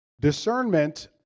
Discernment